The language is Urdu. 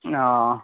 ہاں